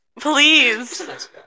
Please